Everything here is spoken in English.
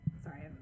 sorry